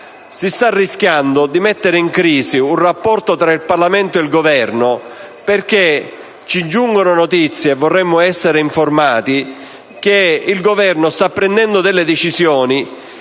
Si sta rischiando di mettere in crisi il rapporto tra il Parlamento e il Governo perché ci giungono notizie - vorremmo essere informati al riguardo - che il Governo sta prendendo decisioni